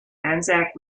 anzac